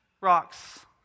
rocks